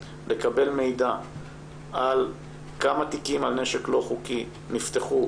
לקבל מידע על כמה תיקים על נשק לא חוקי נפתחו